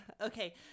Okay